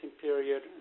period